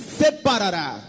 separará